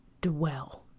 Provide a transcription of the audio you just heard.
dwell